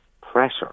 pressure